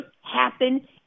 happen